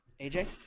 AJ